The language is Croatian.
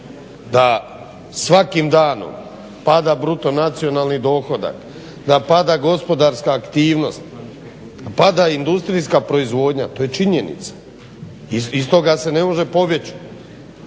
da svakim danom pada BDP, da pada gospodarska aktivnost, pada industrijska proizvodnja. To je činjenica. Iz toga se ne može pobjeći.